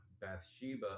Bathsheba